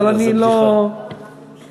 לא, זה בסדר, זו בדיחה.